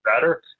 better